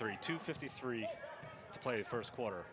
three to fifty three to play first quarter